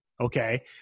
okay